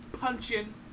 punching